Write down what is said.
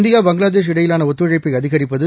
India Bangladesh இடையிலான ஒத்துழைப்பை அதிகரிப்பது